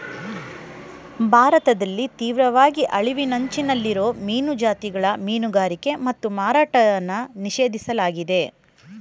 ಭಾರತದಲ್ಲಿ ತೀವ್ರವಾಗಿ ಅಳಿವಿನಂಚಲ್ಲಿರೋ ಮೀನು ಜಾತಿಗಳ ಮೀನುಗಾರಿಕೆ ಮತ್ತು ಮಾರಾಟನ ನಿಷೇಧಿಸ್ಲಾಗಯ್ತೆ